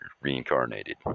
reincarnated